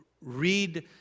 read